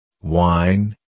Wine